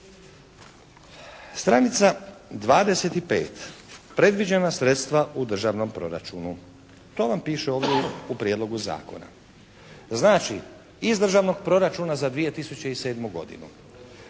Stranica 25. «Predviđena sredstva u Državnom proračunu». To vam piše ovdje u Prijedlogu zakona. Znači iz Državnog proračuna za 2007. godinu.